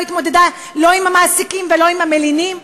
התמודדה לא עם המעסיקים ולא עם המלינים?